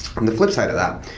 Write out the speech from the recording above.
from the flipside of that,